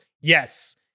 yes